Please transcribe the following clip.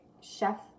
chef